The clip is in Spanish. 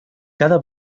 cada